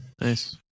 nice